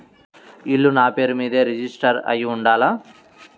ఇల్లు నాపేరు మీదే రిజిస్టర్ అయ్యి ఉండాల?